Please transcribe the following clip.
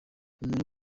umuntu